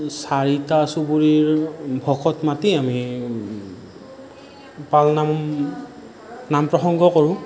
চাৰিটা চুবুৰীৰ ভকত মাতি আমি পালনাম নাম প্ৰসঙ্গ কৰোঁ